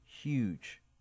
huge